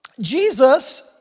Jesus